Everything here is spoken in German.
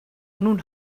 nun